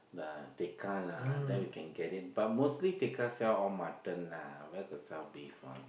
Tekka lah there we can get it but mostly Tekka sell all mutton lah where got sell beef one